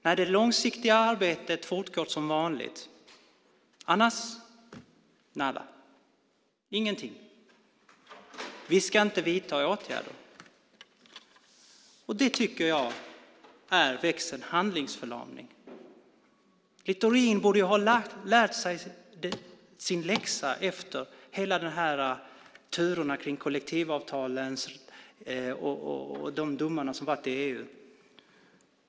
Nej, det långsiktiga arbetet fortgår som vanligt. Annars nada , ingenting: Vi ska inte vidta åtgärder. Det tycker jag är växeln handlingsförlamning. Littorin borde ha lärt sig sin läxa efter turerna kring kollektivavtalen och de domar som varit i EU.